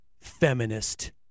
feminist